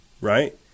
Right